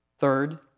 Third